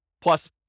plus